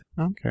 okay